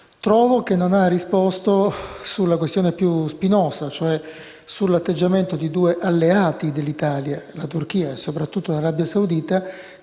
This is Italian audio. Trovo che non abbia risposto sulla questione più spinosa, e cioè sull'atteggiamento di due alleati dell'Italia, la Turchia e soprattutto l'Arabia Saudita,